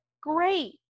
Great